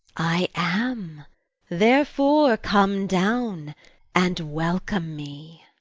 i am therefore come down and welcome me.